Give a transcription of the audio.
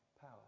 power